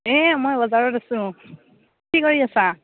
এই মই বজাৰত আছোঁ কি কৰি আছা